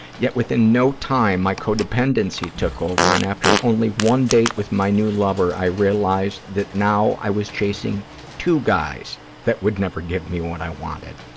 yet within no time, my codependency took over and, after only one date with my new lover, i realized that now i was chasing two guys that would never give me what i wanted.